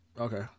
Okay